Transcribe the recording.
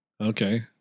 Okay